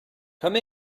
come